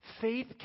Faith